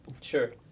sure